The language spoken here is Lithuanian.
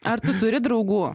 ar tu turi draugų